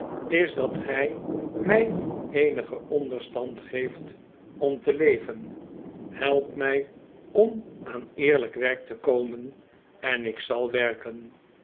is dat gij mij eenigen onderstand geeft om te leven help mij om aan eerlijk werk te komen en ik zal werken